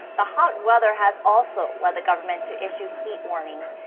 the hot weather has also led the government to issue heat warnings.